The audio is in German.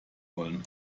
wollen